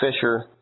Fisher